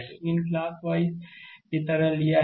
तो इन clockwise की तरह लिया है